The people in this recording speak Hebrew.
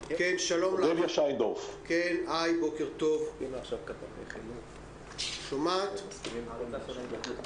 האחרון אבל אדבר בשם הנהגת ההורים הכללית ולא בשם רעננה.